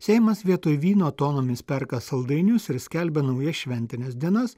seimas vietoj vyno tonomis perka saldainius ir skelbia naujas šventines dienas